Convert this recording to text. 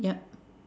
yup